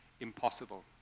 impossible